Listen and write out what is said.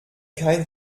kein